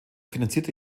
finanzierte